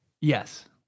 Yes